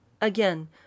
again